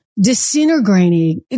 disintegrating